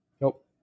Nope